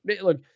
look